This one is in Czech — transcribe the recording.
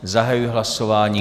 Zahajuji hlasování.